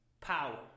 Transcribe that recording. power